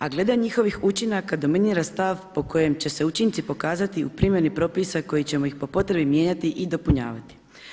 A glede njihovih učinaka dominira stav po kojem će se učinci pokazati u primjeni propisa koje ćemo ih po potrebi mijenjati i dopunjavati.